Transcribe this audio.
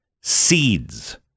seeds